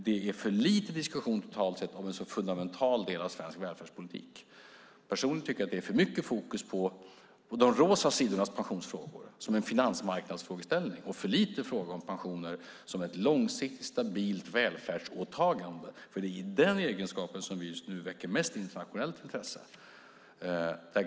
Det är för lite diskussion, totalt sett, om en så fundamental del av svensk välfärdspolitik. Personligen tycker jag att det är för mycket fokus på de rosa sidornas pensionsfrågor, som en finansmarknadsfrågeställning, och för lite på frågor om pensioner som ett långsiktigt stabilt välfärdsåtagande. Det är nämligen i den egenskapen som vi just nu väcker mest internationellt intresse.